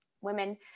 women